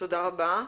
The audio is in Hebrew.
תודה רבה.